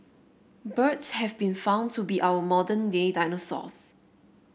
birds have been found to be our modern day dinosaurs